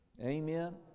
Amen